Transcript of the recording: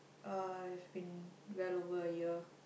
uh it's been well over a year